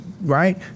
right